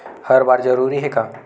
हर बार जरूरी हे का?